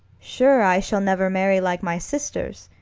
sure i shall never marry like my sisters,